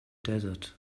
desert